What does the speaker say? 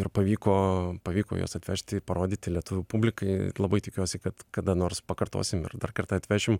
ir pavyko pavyko juos atvežti parodyti lietuvių publikai labai tikiuosi kad kada nors pakartosim ir dar kartą atvešim